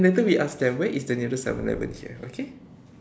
then later we ask them where is the nearest seven eleven here okay